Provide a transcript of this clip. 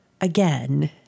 again